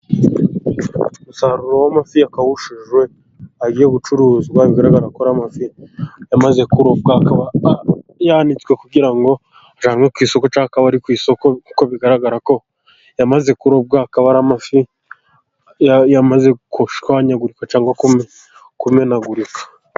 Umusaruro w'amafi yakawushijwe, agiye gucuruzwa bigaragara ko ar'amafi yamaze kurobwa, akaba yanitswe kugira ngo ajyanwe ku isoko, cyangwa akaba ari ku isoko, kuko bigaragara ko yamaze kurobwa, akaba ar'amafi yamaze gushwanyaguririka cyangwa kumenagurika.